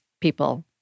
people